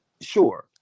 sure